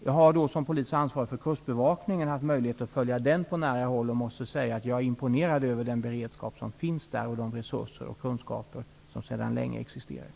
Jag har som polis med ansvar för Kustbevakningen haft möjlighet att följa den på nära håll, och jag måste säga att jag är imponerad av den beredskap som finns där och de resurser och kunskaper som sedan länge existerar.